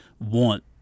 want